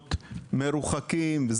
מקומות מרוחקים.